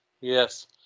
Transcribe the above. Yes